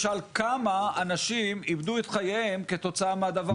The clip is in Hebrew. כמה אנשים איבדו את חייהם כתוצאה מהדבר הזה?